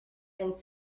and